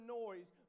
noise